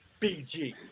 BG